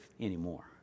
anymore